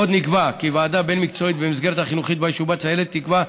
עוד נקבע כי ועדה בין-מקצועית במסגרת החינוכית שבה ישובץ הילד תקבע,